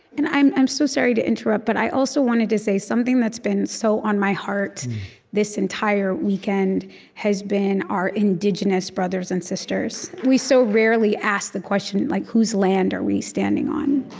and i'm i'm so sorry to interrupt, but i also wanted to say something that's been so on my heart this entire weekend has been our indigenous brothers and sisters. we so rarely ask our question like whose land are we standing on?